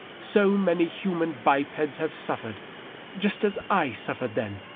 so many human bipeds have suffered just as i suffered then!